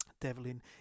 Devlin